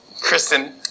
Kristen